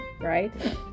right